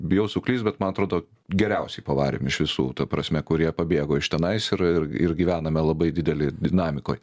bijau suklyst bet man atrodo geriausiai pavarėm iš visų ta prasme kurie pabėgo iš tenais ir ir ir gyvename labai didelėj dinamikoj